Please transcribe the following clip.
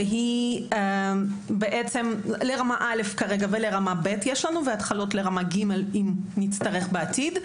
שהיא בעצם לרמה א' ולרמה ב' והתחלות לרמה ג' אם נצטרך בעתיד.